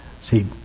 See